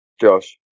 Josh